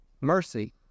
Mercy